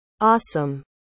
awesome